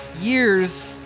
years